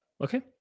okay